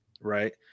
right